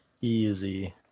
Easy